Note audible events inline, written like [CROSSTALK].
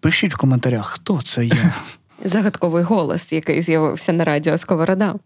пишіть в коментарях, хто це є. [LAUGHS] Загадковий голос, який з'явився на радіо «Сковорода».